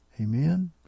Amen